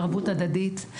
ערבות הדדית,